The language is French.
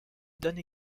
donne